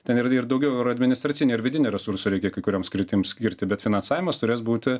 ten yra ir daugiau ir administracinių ir vidinių resursų reikia kai kurioms sritims skirti bet finansavimas turės būti